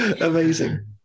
Amazing